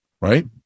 Right